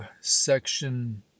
section